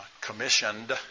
commissioned